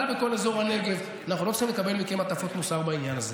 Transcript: הצלחנו לדחות את זה בשלוש שנים.